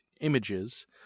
images